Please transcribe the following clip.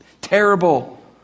terrible